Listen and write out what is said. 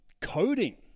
coding